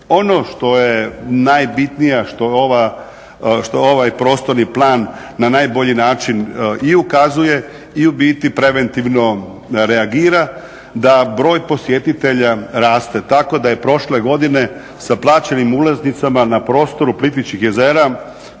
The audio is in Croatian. Ono što je najbitnije, što je ova, što ovaj prostorni plan na najbolji način i ukazuje i ubiti preventivno reagira, da broj posjetitelja raste tako da je prošle godine sa plaćenim ulaznicama na prostoru Plitvičkih jezera